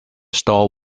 store